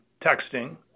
texting